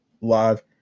live